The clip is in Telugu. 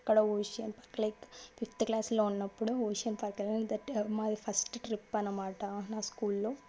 అక్కడ ఓషన్ పార్క్ లైక్ ఫిఫ్త్క్లాస్లో ఉన్నప్పుడు ఓషన్ పార్క్ మాది ఫస్ట్ ట్రిప్ అన్నమాట నా స్కూల్లో